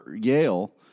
Yale